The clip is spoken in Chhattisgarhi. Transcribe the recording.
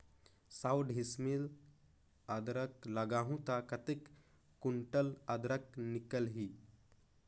सौ डिसमिल अदरक लगाहूं ता कतेक कुंटल अदरक निकल ही?